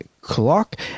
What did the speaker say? clock